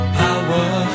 power